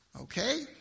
Okay